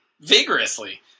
vigorously